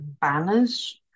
banners